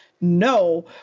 no